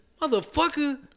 Motherfucker